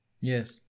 Yes